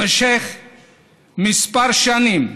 במשך כמה שנים